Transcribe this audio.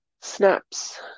snaps